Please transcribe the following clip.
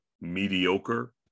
mediocre